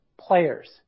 players